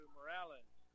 Morales